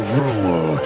rule